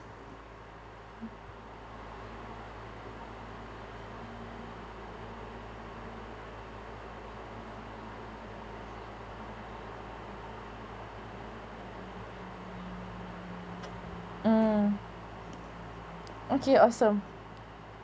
mm okay awesome